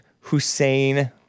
Hussein